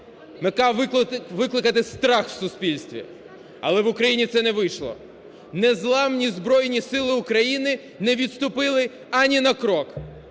мета – викликати страх у суспільстві. Але в Україні це не вийшло, незламні Збройні Сили України не відступили ані на крок.